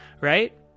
Right